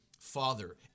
father